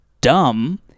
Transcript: dumb